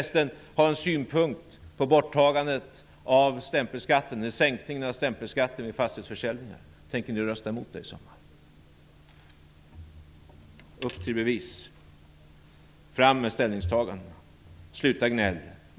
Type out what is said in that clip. Ha en synpunkt på sänkningen av stämpelskatten vid fastighetsförsäljningar. Tänker ni rösta mot den i sommar? Upp till bevis! Fram med ställningstagandena! Sluta gnälla!